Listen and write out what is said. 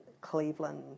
Cleveland